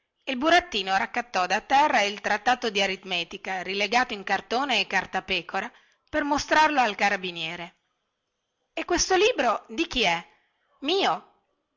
il burattino raccattò di terra il trattato di aritmetica rilegato in cartone e cartapecora per mostrarlo al carabiniere e questo libro di chi è mio